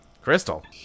crystal